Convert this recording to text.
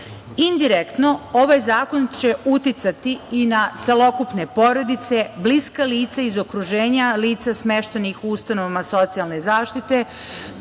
slobodama. Indirektno, ovaj Zakon će uticati i na celokupne porodice, bliska lica iz okruženja, lica smeštenih u ustanovama socijalne zaštite,